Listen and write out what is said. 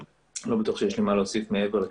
אני לא בטוח שיש לי מה להוסיף מעבר לכך.